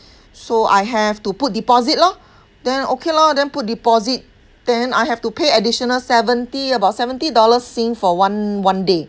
so I have to put deposit lor then okay lor then put deposit then I have to pay additional seventy about seventy dollars sing for one one day